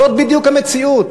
זאת בדיוק המציאות.